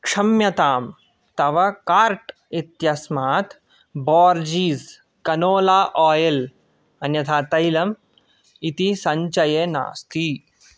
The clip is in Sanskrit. क्षम्यतां तव कार्ट् इत्यस्मात् बोर्जीस् कनोला आयल् अन्यथा तैलम् इति सञ्चये नास्ति